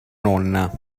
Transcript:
nonna